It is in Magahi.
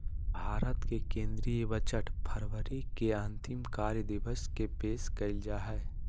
भारत के केंद्रीय बजट फरवरी के अंतिम कार्य दिवस के पेश कइल जा हइ